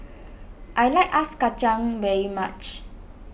I like Ice Kacang very much